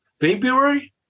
February